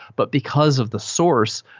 but because of the source,